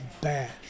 bad